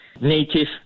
native